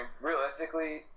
realistically